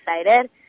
excited